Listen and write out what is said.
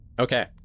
Okay